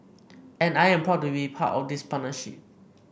and I am proud to be part of this partnership